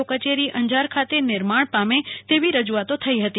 ઓ કચેરી અંજાર ખાતે નિર્માણ પામે તેવી રજુઆતો હતી